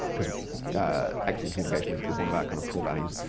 because excellent communication is is one of our kind of core values.